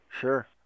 Sure